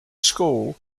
school